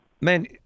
man